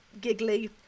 giggly